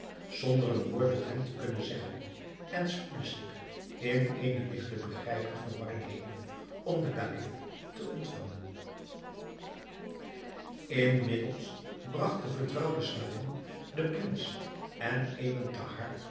zonder een woord tot hem te kunnen zeggen en spoedde zich in eene ligt te begrijpen verwarring heen om den kalif te ontvangen inmiddels bragt de vertrouwde slavin den prins en ebn thahar